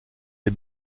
les